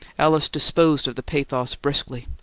alice disposed of the pathos briskly.